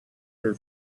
her